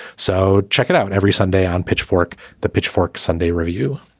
so check it out every sunday on pitchfork, the pitchfork sunday review